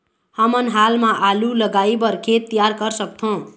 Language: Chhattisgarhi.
हमन हाल मा आलू लगाइ बर खेत तियार कर सकथों?